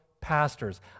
pastors